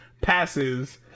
passes